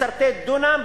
מסרטט דונם,